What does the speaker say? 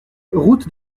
route